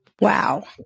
wow